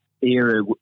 era